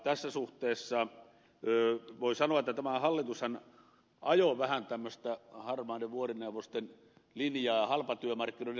tässä suhteessa voi sanoa että tämä hallitushan ajoi vähän tämmöistä harmaiden vuorineuvosten linjaa halpatyömarkkinoiden luomisesta